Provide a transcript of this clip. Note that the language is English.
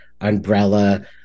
umbrella